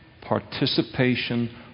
participation